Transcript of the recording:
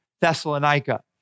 Thessalonica